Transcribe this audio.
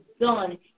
done